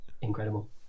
Incredible